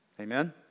Amen